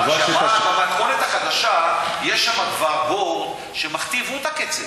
אבל במתכונת החדשה, יש שם כבר בור שמכתיב את הקצב.